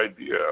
idea